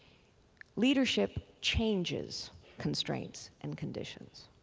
leadership changes constraints and conditions.